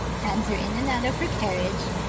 hands her in and out of her carriage,